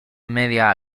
media